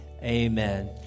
Amen